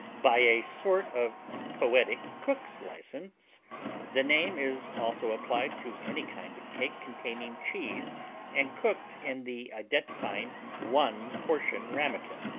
by a sort of poetic cook's license the name is also applied to any kind of cake containing cheese and cooked in the identifying one-portion ramekin.